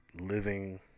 living